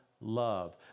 love